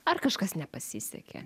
ar kažkas nepasisekė